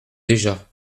déjà